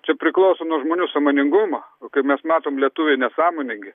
čia priklauso nuo žmonių sąmoningumo o kaip mes matom lietuviai nesąmoningi